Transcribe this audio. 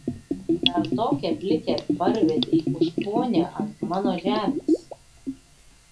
dar tokią plikę parvedei už ponią ant mano žemės